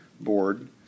board